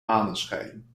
maneschijn